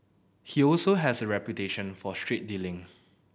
he also has a reputation for straight dealing